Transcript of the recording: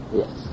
yes